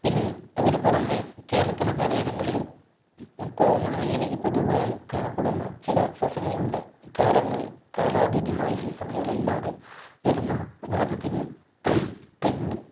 പിന്നെ അതിനു പുറമേ കേരളത്തിൻ്റെ പലയിടങ്ങളിലും കോമണായി അല്ലെങ്കിൽ പൊതുവായി കാണപ്പെടുന്ന ചില സസ്യങ്ങളുണ്ട് കാലങ്ങൾ കാലാധീതമായി സീസണുകളില്ലാതെ വരുന്ന ഉദാഹരണത്തിന് തെങ്ങ്